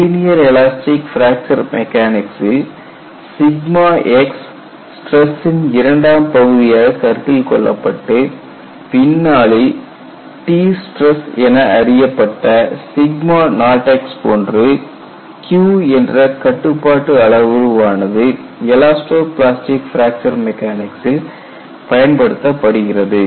linear elastic fracture மெக்கானிக்சில் x stress இரண்டாம் பகுதியாக கருத்தில் கொள்ள பட்டு பின்னாளில் T ஸ்டிரஸ் என அறியப்பட்ட 0x போன்று Q என்ற கட்டுப்பாட்டு அளவுரு ஆனது எலாஸ்டோ பிளாஸ்டிக் பிராக்சர் மெக்கானிக்சில் பயன்படுத்தப்படுகிறது